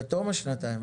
בתום השנתיים.